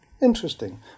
Interesting